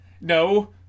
no